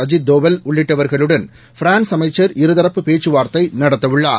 அஜீத் தோவல் உள்ளிட்டவர்களுடன் ஃபிரான்ஸ் அமைச்சர் இருதரப்பு பேச்சுவார்த்தை நடத்தவுள்ளார்